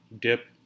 dip